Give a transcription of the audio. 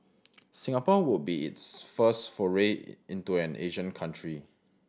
Singapore would be its first foray into an Asian country